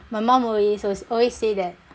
my mum always always always say that